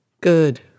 Good